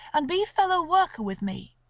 and be fellow-worker with me.